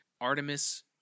artemis